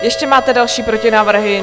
Ještě máte další protinávrhy?